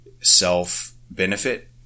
self-benefit